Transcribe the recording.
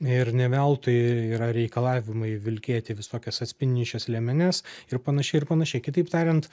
ir neveltui yra reikalavimai vilkėti visokias atspindinčias liemenes ir panašiai ir panašiai kitaip tariant